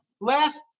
last